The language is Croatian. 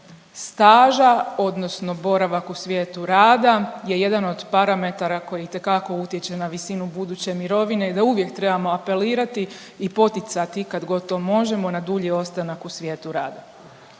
staža odnosno boravak u svijetu rada je jedan od parametara koji itekako utječe na visinu buduće mirovine i da uvijek trebamo apelirati i poticati kad god to možemo na dulji ostanak u svijetu rada.